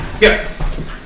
Yes